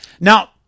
Now